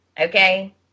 okay